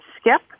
skip